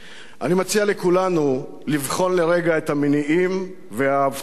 אני מציע לכולנו לבחון לרגע את המניעים וההבטחות